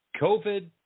COVID